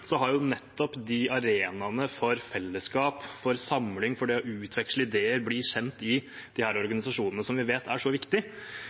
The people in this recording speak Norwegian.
har nettopp de arenaene for fellesskap, for samling, for det å utveksle ideer og bli kjent i disse organisasjonene, som vi vet er så viktig,